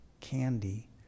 Candy